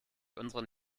unseren